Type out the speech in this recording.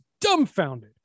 dumbfounded